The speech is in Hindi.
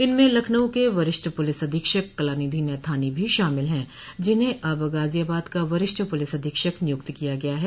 इनमें लखनऊ के वरिष्ठ पुलिस अधीक्षक कलानिधि नैथानी भी शामिल हैं जिन्हें अब गाजियाबाद का वरिष्ठ पुलिस अधीक्षक नियुक्त किया गया है